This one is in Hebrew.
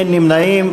אין נמנעים.